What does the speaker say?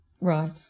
Right